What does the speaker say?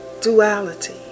Duality